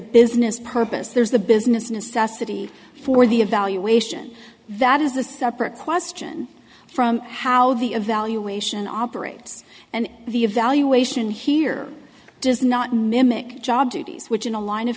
business purpose there's the business necessity for the evaluation that is a separate question from how the evaluation operates and the evaluation here does not mimic job duties which in a line of